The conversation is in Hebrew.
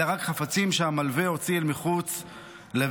אלא רק חפצים שהלווה הוציא אל מחוץ לביתו.